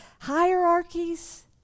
hierarchies